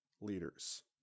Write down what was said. liters